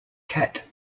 kat